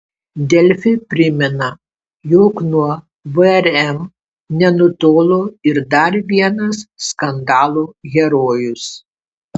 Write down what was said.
delfi primena jog nuo vrm nenutolo ir dar vienas skandalo herojus